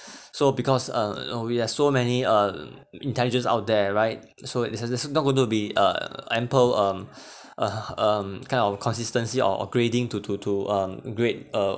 so because uh we have so many uh intelligence out there right so there's there's not going to be uh ample um uh um kind of consistency or upgrading to to to um great uh